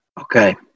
Okay